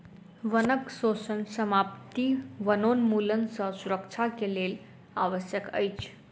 वनक शोषण समाप्ति वनोन्मूलन सँ सुरक्षा के लेल आवश्यक अछि